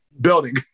building